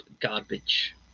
garbage